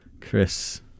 Chris